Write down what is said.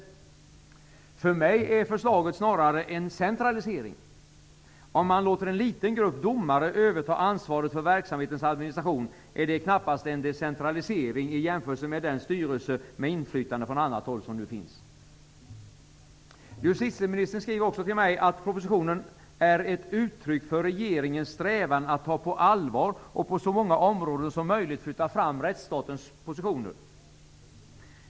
För mig är förslaget snarare en centralisering. Om man låter en liten grupp domare överta ansvaret för verksamhetens administration är det knappast en decentralisering i jämförelse med den styrelse med inflytande från annat håll som nu finns. Justitieministern skriver också till mig att propositionen ''är ett uttryck för regeringens strävan att ta på allvar och på så många områden som möjligt flytta fram rättsstatens positioner''.